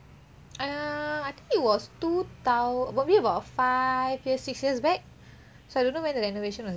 err I think it was two tho~ probably about five years six years back so I don't know when the renovation was done